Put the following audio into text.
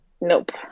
Nope